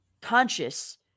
conscious